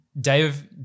Dave